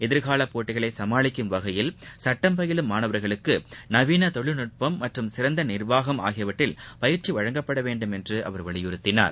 எதிர்காலப் போட்டிகளை சமாளிக்கும் வகையில் சுட்டம் பயிலும் மாணவர்களுக்கு நவீன தொழில்நுட்பம் மற்றும் சிறந்த நிர்வாகம் ஆகியவற்றில் பயிற்சி வழங்கப்பட வேண்டும் என்று அவர் வலியுறுத்தினார்